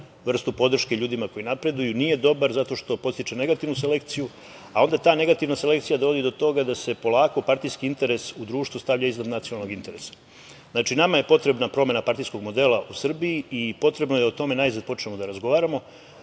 vrstu podrške ljudima koji napreduju nije dobar zato što podstiče negativnu selekciju, a onda ta negativna selekcija dovodi do toga da se polako partijski interes u društvu stavlja iznad nacionalnog interesa. Znači, nama je potrebna promena partijskog modela u Srbiji i potrebno je o tome da najzad počnemo da razgovaramo.